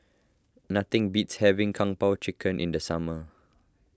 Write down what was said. nothing beats having Kung Po Chicken in the summer